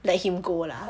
let him go lah